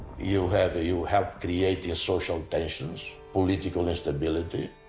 you have, you help creating social tensions, political instability,